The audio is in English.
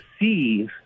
see